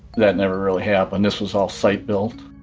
that never really happened, this was all site-built.